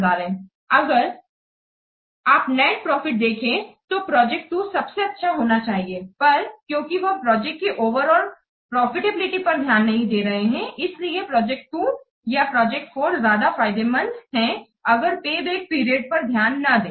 इसलिए अगर आप नेट प्रॉफिट देखें तो प्रोजेक्ट 2 सबसे अच्छा होना चाहिए पर क्योंकि वह प्रोजेक्ट की ओवर ऑल प्रॉफिटेबिलिटी पर ध्यान नहीं दे रहे हैं इसलिए प्रोजेक्ट 2 या प्रोजेक्ट 4 ज्यादा फ़ायदेमंद है अगर पेबैक पीरियड पर ध्यान ना दें